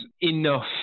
enough